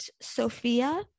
Sophia